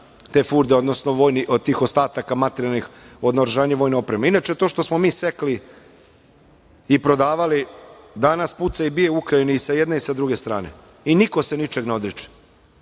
te furde, odnosno tih ostataka materijalnih od naoružanja vojne opreme. Inače, to što smo mi sekli i prodavali, danas puca i bije u Ukrajini i sa jedne i sa druge strane i niko se ničega ne odriče,